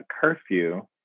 curfew